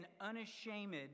unashamed